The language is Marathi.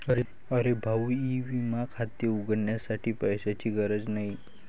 अरे भाऊ ई विमा खाते उघडण्यासाठी पैशांची गरज नाही